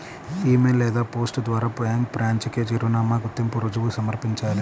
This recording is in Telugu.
ఇ మెయిల్ లేదా పోస్ట్ ద్వారా బ్యాంక్ బ్రాంచ్ కి చిరునామా, గుర్తింపు రుజువు సమర్పించాలి